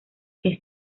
que